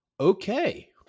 Okay